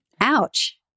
Ouch